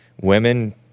Women